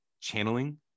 channeling